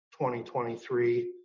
2023